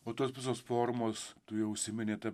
o tos visos formos tu jau užsiminei taip